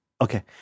Okay